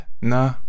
Nah